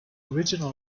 original